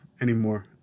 anymore